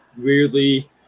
weirdly